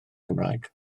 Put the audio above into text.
gymraeg